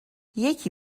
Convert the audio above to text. یکی